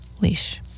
leash